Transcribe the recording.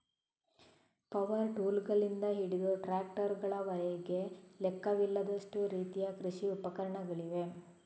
power ಟೂಲ್ಗಳಿಂದ ಹಿಡಿದು ಟ್ರಾಕ್ಟರುಗಳವರೆಗೆ ಲೆಕ್ಕವಿಲ್ಲದಷ್ಟು ರೀತಿಯ ಕೃಷಿ ಉಪಕರಣಗಳಿವೆ